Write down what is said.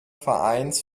vereins